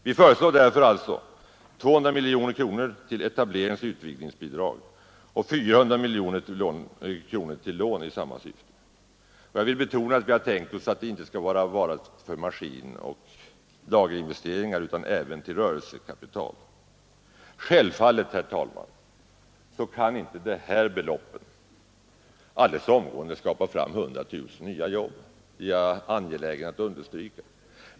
Vi föreslår därför 200 miljoner kronor till etableringsoch utvidgningsbidrag och 400 miljoner kronor till lån i samma syfte. Jag vill betona att vi har tänkt oss det inte skulle vara bara för maskinoch lagerinvesteringar utan även till rörelsekapital. Självfallet, herr talman, kan inte de här beloppen alldeles omgående skapa fram 100 000 nya jobb. Det är jag angelägen att understryka.